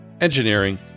engineering